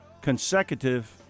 consecutive